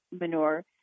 manure